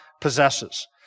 possesses